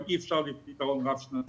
גם אי אפשר פתרון רב שנתי,